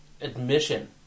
Admission